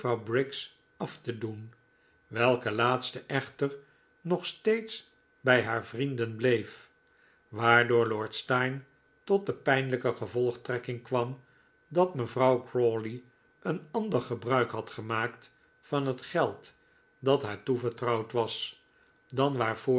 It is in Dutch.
briggs af te doen welke laatste echter nog steeds bij haar vrienden bleef waardoor lord steyne tot de pijnlijke gevolgtrekking kwam dat mevrouw crawley een ander gebruik had gemaakt van het geld dat haar toevertrouwd was dan waarvoor